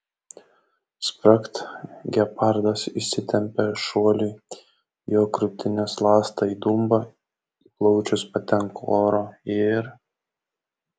spragt gepardas išsitempia šuoliui jo krūtinės ląsta įdumba į plaučius patenka oro ir